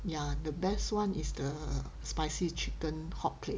ya the best one is the spicy chicken hotplate